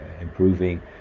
improving